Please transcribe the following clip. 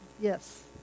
Yes